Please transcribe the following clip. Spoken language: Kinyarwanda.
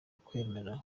kwemera